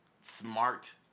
smart